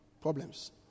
problems